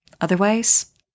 Otherwise